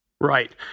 Right